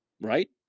right